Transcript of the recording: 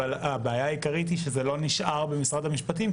אבל הבעיה העיקרית היא שזה לא נשאר במשרד המשפטים,